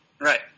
Right